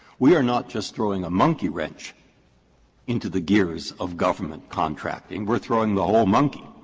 we are not just throwing a monkey wrench into the gears of government contracting we're throwing the whole monkey.